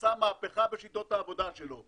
עשה מהפכה בשיטות העבודה שלו.